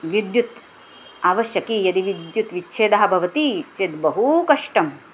विद्युत् आवश्यकी यदि विद्युद्विच्छेदः भवति चेत् बहु कष्टम्